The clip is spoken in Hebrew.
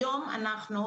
היום אנחנו,